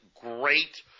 great